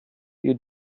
you